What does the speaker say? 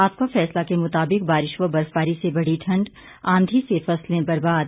आपका फैसला के मुताबिक बारिश व बर्फबारी से बढ़ी ठंड आंधी से फसलें बर्बाद